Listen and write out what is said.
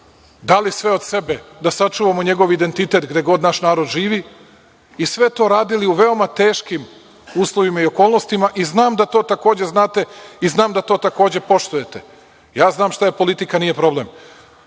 dali sve od sebe da sačuvamo njegov identitet, gde god naš narod živi i sve to radili u veoma teškim uslovima i okolnostima. I znam da to takođe znate, i znam da to takođe poštujete. Ja znam šta je politika, nije problem.